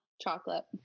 chocolate